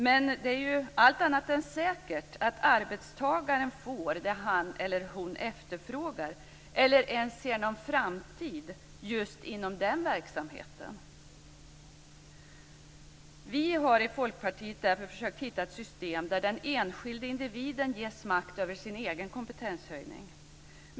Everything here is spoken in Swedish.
Men det är allt annat än säkert att arbetstagaren får det han eller hon efterfrågar eller ens ser någon framtid just inom den verksamheten. Vi i Folkpartiet har därför försökt hitta ett system där den enskilde individen ges makt över sin egen kompetenshöjning.